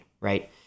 right